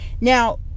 Now